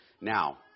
Now